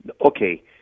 Okay